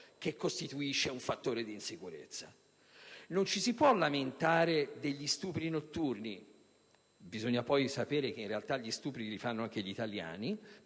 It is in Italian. che costituisce un fattore di insicurezza. Non ci si può lamentare degli stupri notturni - bisogna poi sapere che in realtà gli stupri li commettono anche gli italiani,